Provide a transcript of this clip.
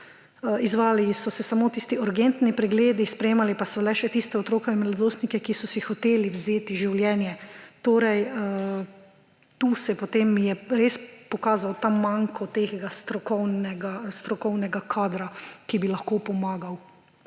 izvajali so se samo tisti urgentni pregledi, sprejemali pa so le še tiste otroke in mladostnike, ki so si hoteli vzeti življenje. Torej, tu se potem je res pokazal ta manko tega strokovnega kadra, ki bi lahko pomagal